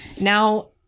Now